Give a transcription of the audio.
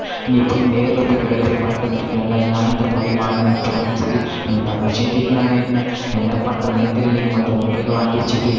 நீ போய் நேரில் போய் கடையில் போய் வாங்கிட்டு வந்துருக்கலான்ல ஏன் இந்த மாதிரி வாங்குன போனேன்னு சொல்லி எங்கள் தங்கச்சியும் திட்டுனாங்க என்ன என்ன பண்ணுறதுன்னே தெரியலங்க ம இந்த மொபைல வாங்கி வச்சிட்டு